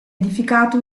edificato